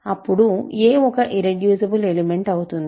అప్పుడు a ఒక irreducible element అవుతుంది